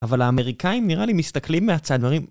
אבל האמריקאים נראה לי מסתכלים מהצד ואומרים